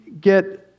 get